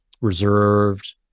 reserved